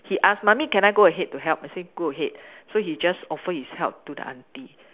he ask mummy can I go ahead to help I say go ahead so he just offer his help to the aunty